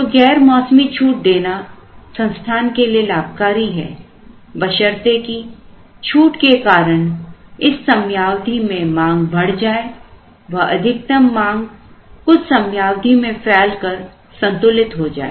तो गैर मौसमी छूट देना संस्थान के लिए लाभकारी है बशर्ते की छूट के कारण इस समयावधि में मांग बढ़ जाए व अधिकतम मांग कुछ समयावधि में फैल कर संतुलित हो जाए